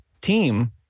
team